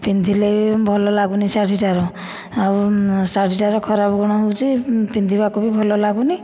ପିନ୍ଧିଲେ ବି ଭଲ ଲାଗୁନି ଶାଢ଼ୀଟାର ଆଉ ଶାଢ଼ୀଟାର ଖରାପ ଗୁଣ ହେଉଛି ପିନ୍ଧିବାକୁ ବି ଭଲ ଲାଗୁନି